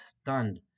stunned